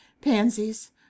Pansies